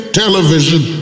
television